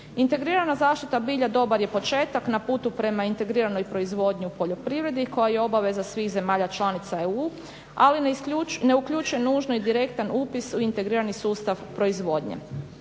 Integrirana zaštita bilja dobar je početak na putu prema integriranoj proizvodnji u poljoprivredi koja je obaveza svih zemalja članica EU, ali ne uključuje nužno i direktan upis u integrirani sustav proizvodnje.